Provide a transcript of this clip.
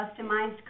customized